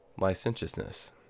licentiousness